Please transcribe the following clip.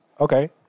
Okay